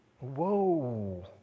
Whoa